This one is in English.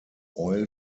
oil